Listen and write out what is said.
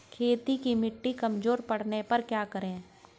खेत की मिटी कमजोर पड़ने पर क्या करें?